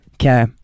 Okay